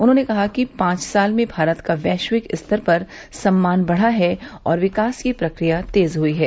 उन्होंने कहा कि पाँच साल में भारत का वैश्विक स्तर पर सम्मान बढ़ा है और विकास को प्रक्रिया तेज हुई हैं